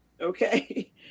Okay